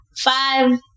five